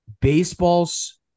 baseball's